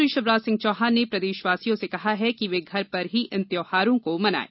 मुख्यमंत्री शिवराज सिंह चौहान ने प्रदेशवासियों से कहा है कि वे घर पर ही इन त्यौहारों को मनाएं